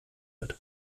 wird